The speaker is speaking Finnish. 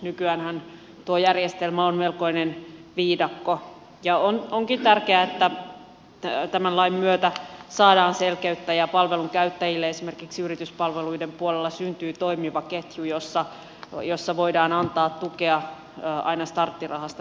nykyäänhän tuo järjestelmä on melkoinen viidakko ja onkin tärkeää että tämän lain myötä saadaan selkeyttä ja palvelunkäyttäjille esimerkiksi yrityspalveluiden puolella syntyy toimiva ketju jossa voidaan antaa tukea aina starttirahasta neuvontaan saakka